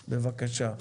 בבקשה.